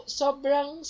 sobrang